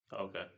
Okay